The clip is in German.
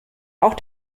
auch